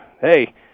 hey